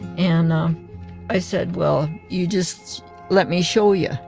and i said well, you just let me show ya.